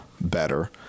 better